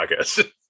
podcast